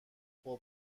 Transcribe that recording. خوب